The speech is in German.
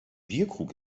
bierkrug